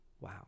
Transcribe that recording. Wow